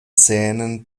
zähnen